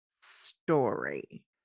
story